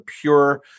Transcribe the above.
pure